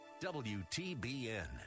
WTBN